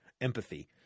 empathy